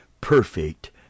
perfect